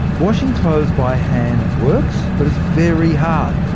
washing clothes by hand works, but it's very hard.